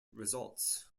results